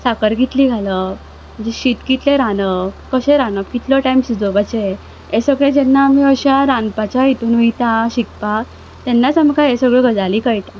साकर कितली घालप शीत कितलें रांदप कशें रांदप कितलो टायम शिजोवपाचें हें सगळें जेन्ना आमी अश्या रांदपाच्या हितून वयता शिकपाक तेन्नाच आमकां ह्यो सगळ्यो गजाली कळटा